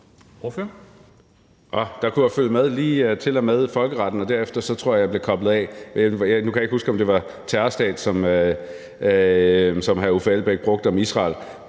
Jeg kunne følge med lige til og med folkeretten, og derefter tror jeg at jeg blev koblet af. Nu kan jeg ikke huske, om det var ordet terrorstat, som hr. Uffe Elbæk brugte om Israel.